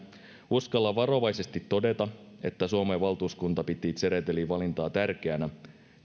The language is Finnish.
uskallan varovaisesti todeta että suomen valtuuskunta piti tseretelin valintaa tärkeänä